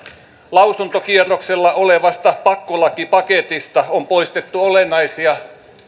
lausuntokierroksella olevasta pakkolakipaketista on poistettu olennaisia